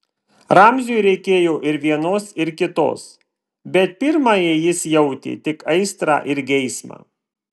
ramziui reikėjo ir vienos ir kitos bet pirmajai jis jautė tik aistrą ir geismą